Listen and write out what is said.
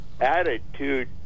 attitude